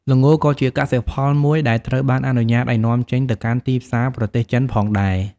ល្ងក៏ជាកសិផលមួយដែលត្រូវបានអនុញ្ញាតឱ្យនាំចេញទៅកាន់ទីផ្សារប្រទេសចិនផងដែរ។